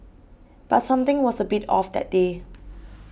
but something was a bit off that day